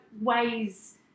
ways